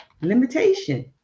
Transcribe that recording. limitation